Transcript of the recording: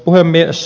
puhemies